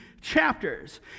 chapters